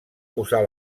posar